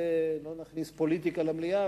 לא נכניס פוליטיקה למליאה,